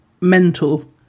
mental